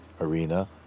arena